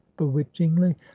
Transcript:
bewitchingly